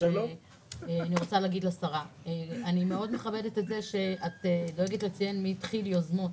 אני מכבדת את זה שאת דואגת לציין מי התחיל יוזמות,